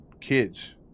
kids